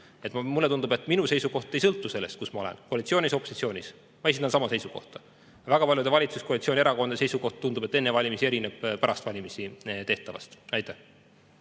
Mulle tundub, et minu seisukoht ei sõltu sellest, kus ma olen, kas koalitsioonis või opositsioonis. Ma esindan sama seisukohta. Väga paljude valitsuskoalitsiooni erakondade seisukoht enne valimisi, tundub, erineb pärast valimisi tehtavast. Aitäh!